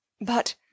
But